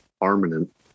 armament